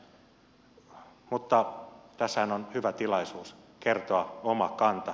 mutta tässähän on hyvä tilaisuus kertoa oma kanta